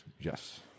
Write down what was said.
Yes